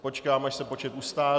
Počkám, až se počet ustálí.